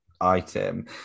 item